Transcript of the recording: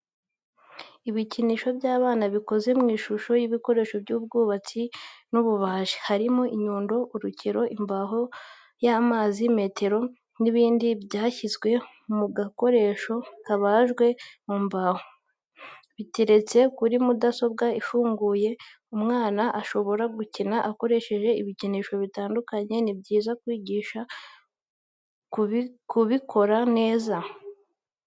Ibikinisho by'abana bikoze mu ishusho y'ibikoresho by'ubwubatsi n'ububaji, harimo inyundo, urukero, imbaho y'amazi, metero n'ibindi byashyizwe mu gakoresho kabajwe mu mbaho, biteretse kuri mudasobwa ifunguye. Umwana ashobora gukina akoresheje ibikinisho bitandukanye, ni byiza kumwigisha kubibika neza ahabugenewe nyuma yo kubikoresha.